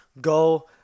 Go